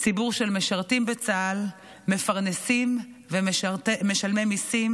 ציבור של משרתים בצה"ל, מפרנסים ומשלמי מיסים,